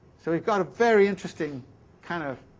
so we've got a very interesting kind of